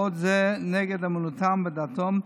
בעוד זה נגד אמונתם ודתם,